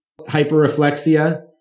hyperreflexia